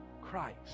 Christ